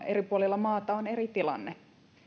eri puolilla maata on eri tilanne